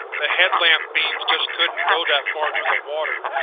the headlamp beams just couldn't go that far through the water,